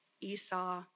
Esau